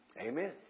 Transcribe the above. Amen